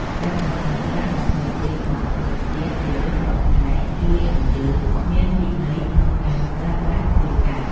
ការសន្សំប្រាក់ដើម្បីត្រៀមបង់ថ្លៃផ្ទះជារៀងរាល់ខែជួយឱ្យយើងមានវិន័យក្នុងការប្រើប្រាស់លុយកាក់។